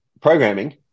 programming